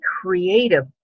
creative